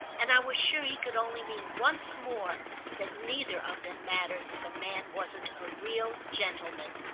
and i was sure he could only mean once more that neither of them mattered if a man wasn't a real gentleman.